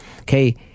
okay